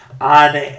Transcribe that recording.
on